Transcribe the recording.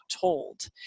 told